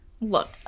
Look